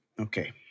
okay